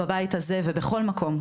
בבית הזה ובכל מקום,